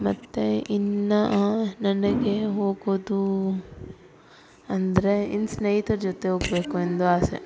ಮತ್ತೆ ಇನ್ನು ನನಗೆ ಹೋಗೋದು ಅಂದರೆ ಇನ್ನು ಸ್ನೇಹಿತ್ರ್ ಜೊತೆ ಹೋಗ್ಬೇಕು ಎಂದು ಆಸೆ